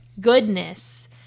goodness